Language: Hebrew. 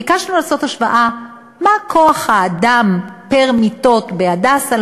ביקשנו לעשות השוואה מה כוח-האדם פר-מיטות ב"הדסה"